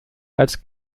als